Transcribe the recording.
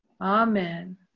Amen